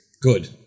Good